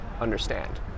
understand